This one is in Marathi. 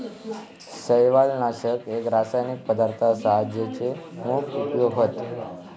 शैवालनाशक एक रासायनिक पदार्थ असा जेचे मोप उपयोग हत